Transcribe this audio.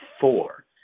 four